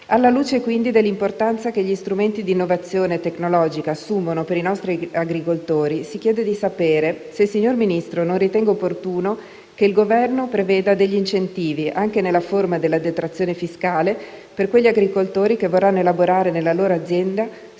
Alla luce, quindi, dell'importanza che gli strumenti di innovazione tecnologica assumono per i nostri agricoltori, si chiede di sapere se il signor Ministro non ritenga opportuno che il Governo preveda taluni incentivi, anche nella forma della detrazione fiscale, per quegli agricoltori che vorranno elaborare nella loro azienda strategie